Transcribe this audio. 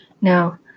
Now